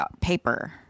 paper